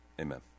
amen